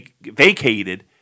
vacated